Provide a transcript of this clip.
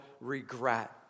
regret